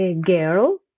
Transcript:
girl